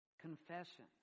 Confession